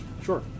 Sure